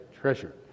Treasure